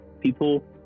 People